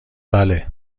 بله